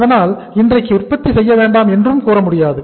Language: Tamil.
அதனால் இன்றைக்கு உற்பத்தி செய்ய வேண்டாம் என்றும் கூற முடியாது